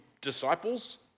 disciples